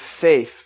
faith